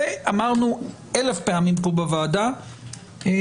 את זה אמרנו כאן בוועדה אלף פעמים.